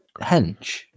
hench